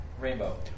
Rainbow